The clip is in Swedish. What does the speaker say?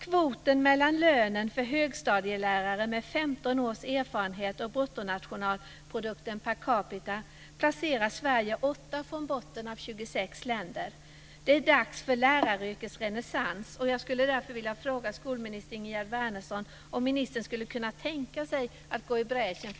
Kvoten mellan lönen för högstadielärare med 15 års erfarenhet och bruttonationalprodukten per capita placerar Sverige åtta från botten av 26 länder. Det är dags för läraryrkets renässans.